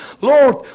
Lord